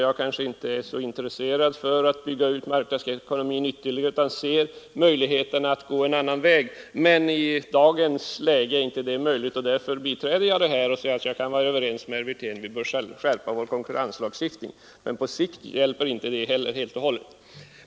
Jag kanske inte är så intresserad av att bygga ut marknadsekonomin ytterligare utan ser möjligheter att gå en annan väg. Men i dagens läge kan vi inte göra detta, och därför biträder jag det föreliggande förslaget och säger att jag kan vara överens med herr Wirtén. Vi bör skärpa vår konkurrenslagstiftning, men på sikt hjälper inte det heller helt och hållet.